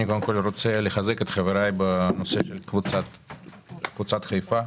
אני רוצה לחזק את חבריי בנושא קבוצת חיפה.